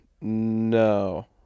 no